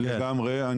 לגמרי.